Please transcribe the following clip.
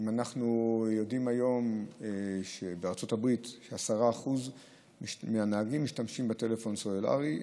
אנחנו יודעים היום שבארצות הברית 10% מהנהגים משתמשים בטלפון סלולרי.